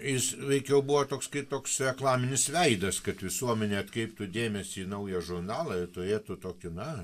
jis veikiau buvo toks kaip toks reklaminis veidas kad visuomenė atkreiptų dėmesį į naują žurnalą ir turėtų tokį na